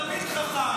אתה תלמיד חכם.